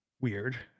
weird